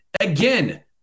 Again